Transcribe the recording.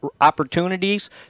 opportunities